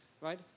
right